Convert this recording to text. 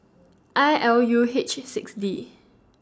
I L U H six D